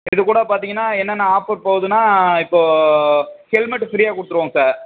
இது கூட பார்த்திங்கன்னா என்னென்ன ஆஃபர் போகுதுனால் இப்போது ஹெல்மெட்டு ஃப்ரீயாக கொடுத்துருவோம் சார்